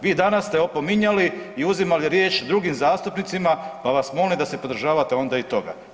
Vi danas ste opominjali i uzimali riječ drugim zastupnicima, pa vas molim da se pridržavate onda i toga.